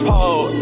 Pole